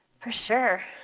for sure.